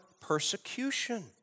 persecution